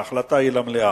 ההחלטה היא למליאה.